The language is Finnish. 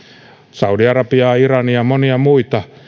saudi arabiaa irania monia muita